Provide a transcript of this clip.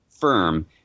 firm